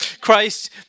Christ